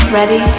Ready